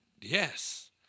Yes